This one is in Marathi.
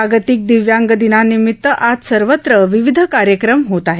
जागतिक दिव्यांग दिनानिमित्त आज सर्वत्र विविध कार्यक्रम होत आहेत